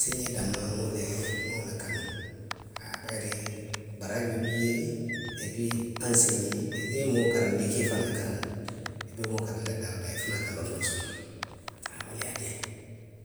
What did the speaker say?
Anseeňee danmaa nŋa wo le, nŋa wo le kanu. Haa. Bayiri baraajoo bi jee, epuwi anseeňee, niŋ i ye moo karanndi i ka i faŋ ne karanndi. I be moo karanndi la daa woo daa i fanaŋ ka londoo soto le. Haa, wo le ye a diiyaa nňe..